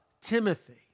Timothy